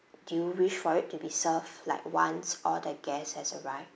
do you wish for it to be served like once all the guests has arrived